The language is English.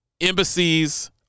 embassies